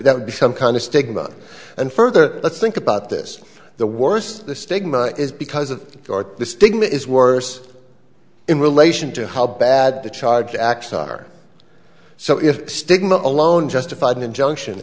that would be some kind of stigma and further let's think about this the worse the stigma is because of the stigma is worse in relation to how bad the charge actually are so if stigma alone justified an injunction